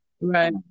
Right